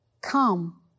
come